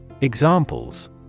Examples